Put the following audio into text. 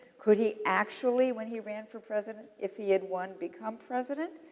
could he actually, when he ran for president, if he had won, become president?